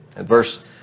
Verse